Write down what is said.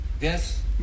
Yes